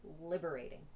liberating